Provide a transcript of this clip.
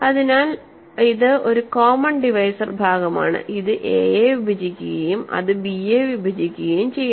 അതിനാൽ ഇത് ഒരു കോമൺ ഡിവൈസർ ഭാഗമാണ് ഇത് a യെ വിഭജിക്കുകയും അത് b യെ വിഭജിക്കുകയും ചെയ്യുന്നു